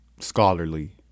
Scholarly